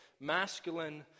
masculine